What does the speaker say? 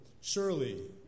surely